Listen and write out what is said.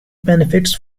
benefits